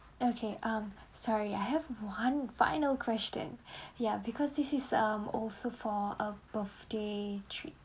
okay um sorry I have one final question ya because this is um also for a birthday treat